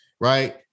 right